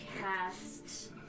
cast